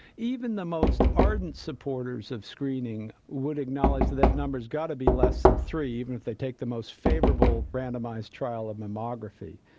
even the most ardent supporters of screening would acknowledge that number has got to be less than three, even if they take the most favourable randomised trial of mammography.